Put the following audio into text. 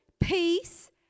Peace